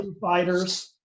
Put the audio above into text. Fighters